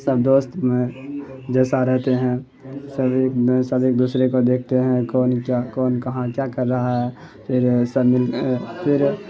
سب دوست جیسا رہتے ہیں سب ایک سب ایک دوسرے کو دیکھتے ہیں کون کیا کون کہاں کیا کر ہا ہے پھر سب مل پھر